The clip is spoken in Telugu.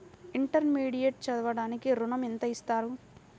ఇంటర్మీడియట్ చదవడానికి ఋణం ఎంత ఇస్తారు?